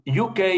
UK